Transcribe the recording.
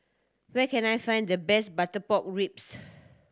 where can I find the best butter pork ribs